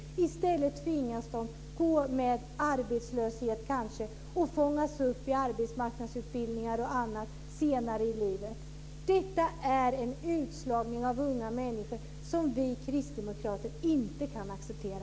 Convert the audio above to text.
I stället tvingas de kanske att gå in i arbetslöshet för att senare i livet fångas upp i arbetsmarknadsutbildningar och annat. Detta är en utslagning av unga människor som vi kristdemokrater inte kan acceptera.